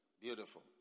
Beautiful